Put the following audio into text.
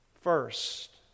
first